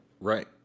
Right